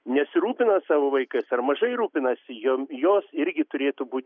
nesirūpina savo vaikais ar mažai rūpinasi jom jos irgi turėtų būt